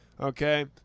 Okay